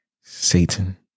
Satan